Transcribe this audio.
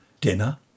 dinner